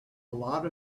lot